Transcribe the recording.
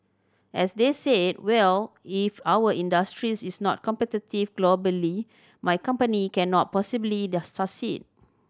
as they said well if our industries is not competitive globally my company cannot possibly their succeed